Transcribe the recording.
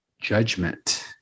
judgment